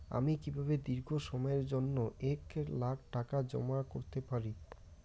আমি কিভাবে দীর্ঘ সময়ের জন্য এক লাখ টাকা জমা করতে পারি?